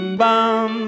bum